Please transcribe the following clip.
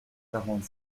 quarante